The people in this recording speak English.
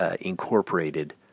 Incorporated